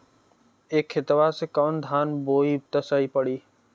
ए खेतवा मे कवन धान बोइब त सही पड़ी?